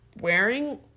wearing